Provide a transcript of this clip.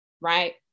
right